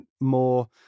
more